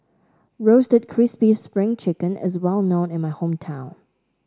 Roasted Crispy Spring Chicken is well known in my hometown